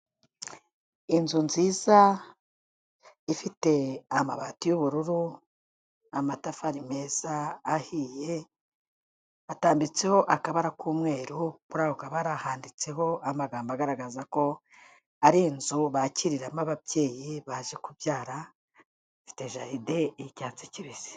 Inzu nziza ifite amabati y'ubururu, amatafari meza ahiye, atambitseho akabara k'umweru, kuri ako kabara handitseho amagambo agaragaza ko ari inzu bakiriramo ababyeyi baje kubyara, ifite jaride y'icyatsi kibisi.